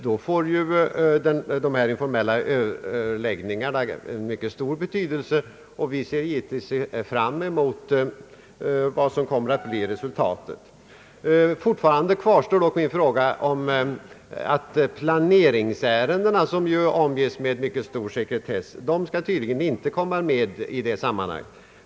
Därigenom får de informella överläggningarna en mycket stor betydelse, och vi ser givetvis fram emot vad som kommer att bli resultatet av dem. Fortfarande kvarstår dock mitt påpekande om att planeringsärenden, som omges med mycket stor sekretess, tydligen inte skall behandlas i det sammanhanget.